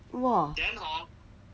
!wah!